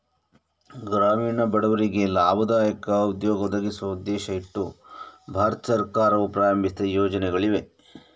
ಗ್ರಾಮೀಣ ಬಡವರಿಗೆ ಲಾಭದಾಯಕ ಉದ್ಯೋಗ ಒದಗಿಸುವ ಉದ್ದೇಶ ಇಟ್ಟು ಭಾರತ ಸರ್ಕಾರವು ಪ್ರಾರಂಭಿಸಿದ ಯೋಜನೆಗಳಿವೆ